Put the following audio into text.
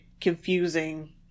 confusing